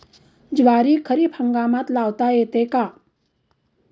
ज्वारी खरीप हंगामात लावता येते का?